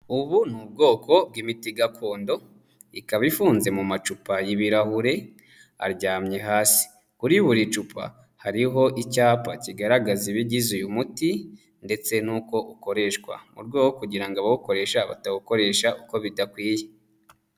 Ubu ni ubwoko bw'imiti gakondo, ikaba ifunze mu macupa y'ibirahure, aryamye hasi, kuri buri cupa hariho icyapa kigaragaza ibigize uyu muti ndetse n'uko ukoreshwa, mu rwego kugira abawukoresha batawukoresha uko bidakwiye.